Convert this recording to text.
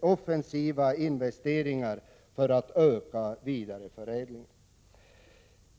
offensiva investeringar för att öka vidareförädlingen.